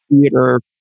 theater